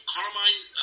Carmine